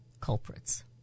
culprits